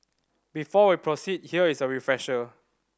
before we proceed here is a refresher